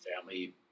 family